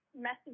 message